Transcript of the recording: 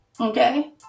okay